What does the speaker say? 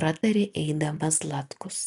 pratarė eidamas zlatkus